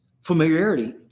familiarity